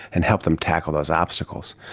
and help them tackle those obstacles.